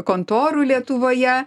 kontorų lietuvoje